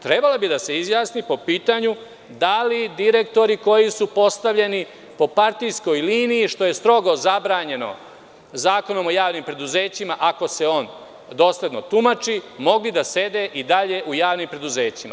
Trebalo bi da se izjasni po pitanju da li direktori koji su postavljeni, po partijskoj liniji, što je strogo zabranjeno Zakonom o javnim preduzećima, ako se on dosledno tumači, mogli da sede i dalje u javnim preduzećima?